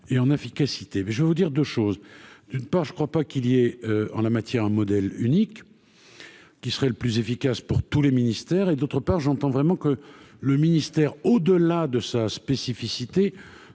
et en efficacité, mais je vais vous dire 2 choses : d'une part, je ne crois pas qu'il y ait en la matière un modèle unique qui serait le plus efficace pour tous les ministères, et d'autre part j'entends vraiment que le ministère au au-delà de sa spécificité